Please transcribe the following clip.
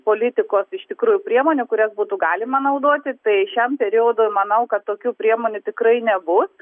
politikos iš tikrųjų priemonių kurias būtų galima naudoti tai šiam periodui manau kad tokių priemonių tikrai nebus